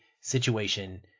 situation